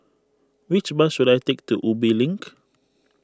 which bus should I take to Ubi Link